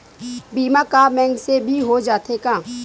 बीमा का बैंक से भी हो जाथे का?